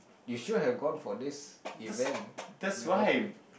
you should have gone for this event in the first place